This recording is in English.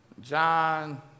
John